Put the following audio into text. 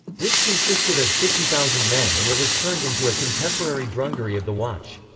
which consisted of fifty thousand men and it was turned into a contemporary drungary of the watch.